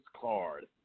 card